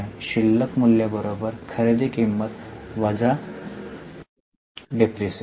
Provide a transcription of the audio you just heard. शिल्लक मूल्य खरेदी किंमत डिप्रीशीएशन